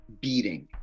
beating